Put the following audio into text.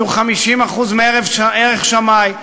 יהיו 50% מערך שמאי.